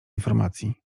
informacji